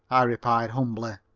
i replied humbly.